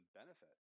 benefit